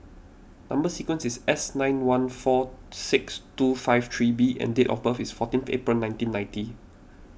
Number Sequence is S nine one four six two five three B and date of birth is fourteen April nineteen ninety